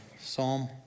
Psalm